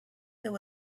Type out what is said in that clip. there